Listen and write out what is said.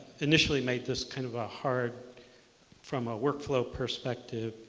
initially make this kind of ah hard from a workflow perspective.